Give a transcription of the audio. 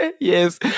yes